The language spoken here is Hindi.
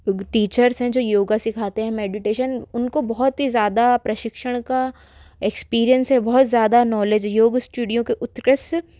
टेयचर्स हैं जो योगा सिखाते है मेडिटेशन उनको बहुत ही ज़्यादा प्रशिक्षण का इक्स्पीरीअन्स है बहुत ज़्यादा नॉलेज योग स्टूडियो के उत्कृष्ट